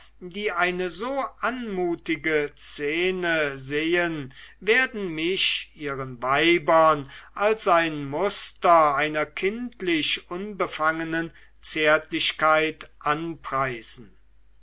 die eine so anmutige szene sehen werden mich ihren weibern als ein muster einer kindlich unbefangenen zärtlichkeit anpreisen